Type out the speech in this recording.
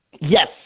Yes